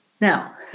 Now